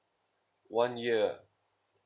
one year